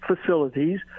facilities